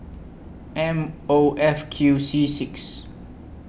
M O F Q C six